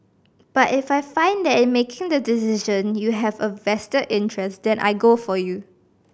but if I find that in making the decision you have a vested interest then I go for you